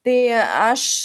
tai aš